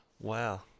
Wow